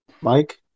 Mike